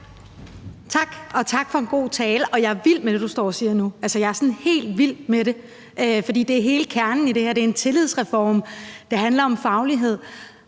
Tak, og tak for en god tale. Jeg er vild med det, du står og siger nu. Altså, jeg er sådan helt vild med det, fordi det er hele kernen i det her. Det er en tillidsreform. Det handler om faglighed.